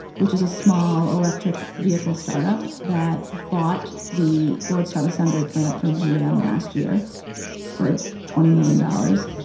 which is a small electric vehicle startup that bought the lordstown assembly plant from gm last year for twenty million dollars.